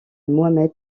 mohamed